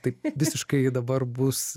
taip visiškai dabar bus